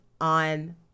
on